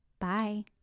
Bye